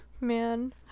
Man